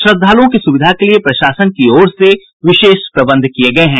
श्रद्दालुओं की सुविधा के लिए प्रशासन की ओर से विशेष प्रबंध किये गए हैं